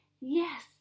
Yes